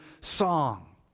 song